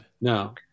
no